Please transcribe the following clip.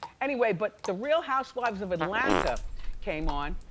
anyway, but the real housewives of atlanta came on,